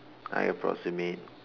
I approximate